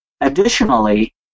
Additionally